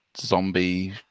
zombie